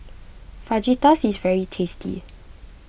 Fajitas is very tasty